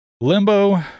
Limbo